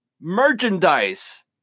Merchandise